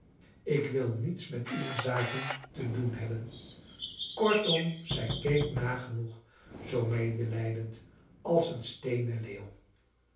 ik wil niets met uwe zaken te doen hebben kortom zij keek nagenoeg zoo medelijdend als een steenen leeuw